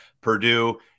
Purdue